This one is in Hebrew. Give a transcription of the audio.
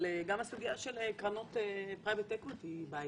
אבל גם הסוגיה של קרנות Private Equity היא בעייתית.